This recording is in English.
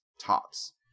Tops